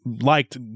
liked